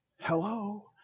Hello